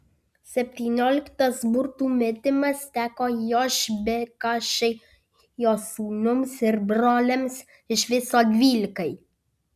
septynioliktas burtų metimas teko jošbekašai jo sūnums ir broliams iš viso dvylikai